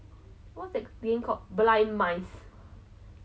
I'm not even sure why I I guess I'm staying back for